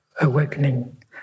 awakening